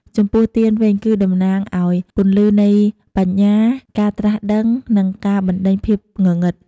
ចំពោះទៀនវិញ គឺតំណាងឱ្យពន្លឺនៃបញ្ញា ការត្រាស់ដឹង និងការបណ្ដេញភាពងងឹត។